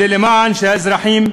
כדי שהאזרחים,